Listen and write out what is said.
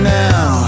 now